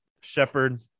Shepard